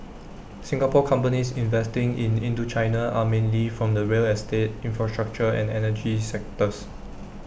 Singapore companies investing in Indochina are mainly from the real estate infrastructure and energy sectors